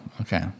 okay